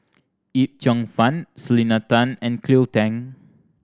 Yip Cheong Fun Selena Tan and Cleo Thang